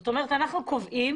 זאת אומרת, אנחנו קובעים